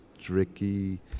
tricky